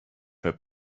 for